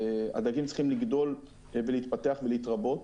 הדגים צריכים לגדול ולהתפתח ולהתרבות,